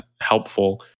helpful